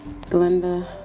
Glenda